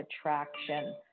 attraction